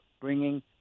bringing